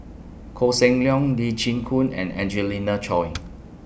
Koh Seng Leong Lee Chin Koon and Angelina Choy